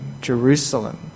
Jerusalem